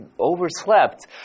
overslept